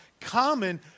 common